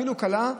אפילו קלה,